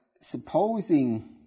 Supposing